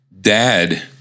dad